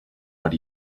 what